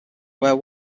where